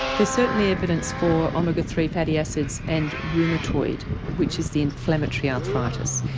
there's certainly evidence for omega three fatty acids and rheumatoid which is the inflammatory arthritis.